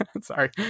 Sorry